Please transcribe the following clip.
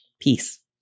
Peace